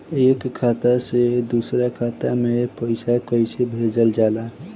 एक खाता से दूसरा खाता में पैसा कइसे भेजल जाला?